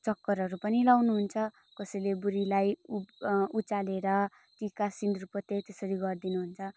चक्करहरू पनि लगाउनुहुन्छ कसैले बुढीलाई उ उचालेर टिका सिन्दूर पोते त्यसरी गरिदिनुहुन्छ